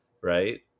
right